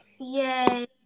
Yay